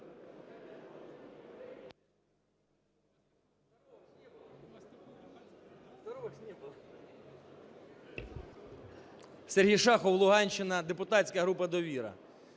Сергій Шахов, Луганщина, депутатська група "Довіра".